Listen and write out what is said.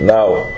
Now